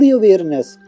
awareness